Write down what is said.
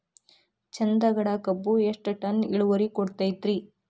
ಚಂದಗಡ ಕಬ್ಬು ಎಷ್ಟ ಟನ್ ಇಳುವರಿ ಕೊಡತೇತ್ರಿ?